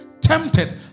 Tempted